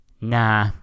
Nah